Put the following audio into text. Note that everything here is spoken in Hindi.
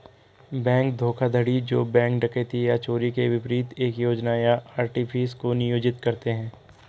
बैंक धोखाधड़ी जो बैंक डकैती या चोरी के विपरीत एक योजना या आर्टिफिस को नियोजित करते हैं